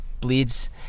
bleeds